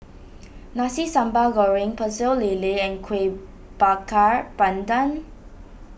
Nasi Sambal Goreng Pecel Lele and Kueh Bakar Pandan